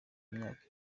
myaka